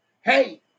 Hey